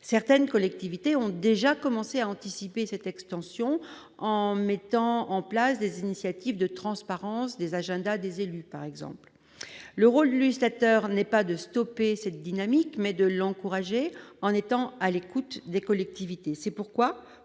certaines collectivités ont déjà commencé à anticiper cette extension en mettant en place des initiatives de transparence des agendas, des élus, par exemple, l'Euro lui Slater n'est pas de stopper cette dynamique mais de l'encourager en étant à l'écoute des collectivités, c'est pourquoi,